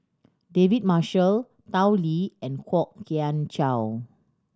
David Marshall Tao Li and Kwok Kian Chow